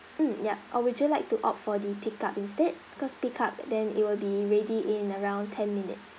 mm yup or would you like to opt for the pick-up instead cause pick-up then it will be ready in around ten minutes